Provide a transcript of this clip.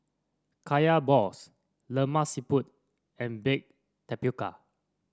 Kaya Balls Lemak Siput and Baked Tapioca